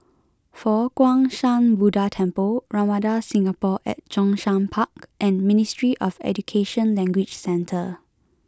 Fo Guang Shan Buddha Temple Ramada Singapore at Zhongshan Park and Ministry of Education Language Centre